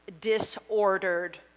disordered